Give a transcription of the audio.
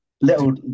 little